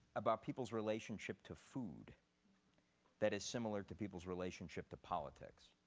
about people's relationship to food that is similar to people's relationship to politics?